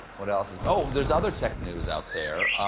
what else? oh, there's other tech news out there.